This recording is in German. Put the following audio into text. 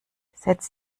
setz